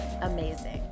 amazing